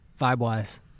vibe-wise